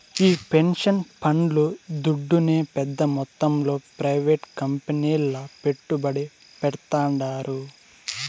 ఈ పెన్సన్ పండ్లు దుడ్డునే పెద్ద మొత్తంలో ప్రైవేట్ కంపెనీల్ల పెట్టుబడి పెడ్తాండారు